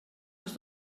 els